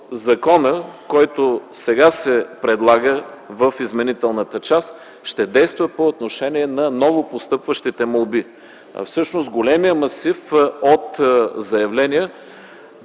законът, който сега се предлага в изменителната част, ще действа по отношение на новопостъпващите молби, а всъщност големият масив от заявления